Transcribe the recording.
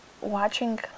watching